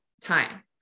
time